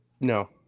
No